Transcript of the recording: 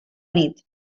nit